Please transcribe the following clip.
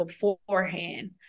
beforehand